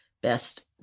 best